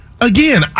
again